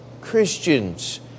Christians